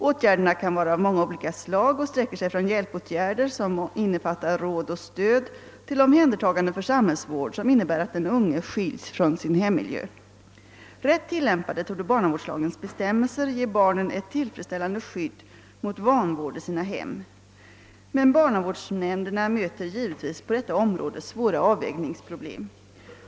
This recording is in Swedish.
Åtgärderna kan vara av många olika slag och sträcker sig från hjälpåtgärder, som innefattar råd och stöd, till omhändertagande för samhällsvård, som innebär att den unge skiljs från sin hemmiljö. Rätt tillämpade torde barnavårdslagens bestämmelser ge barnen ett tillfredsställande skydd mot vanvård i sina hem. Men barnavårdsnämnderna möter givetvis på detta område svåra avvägningsproblem.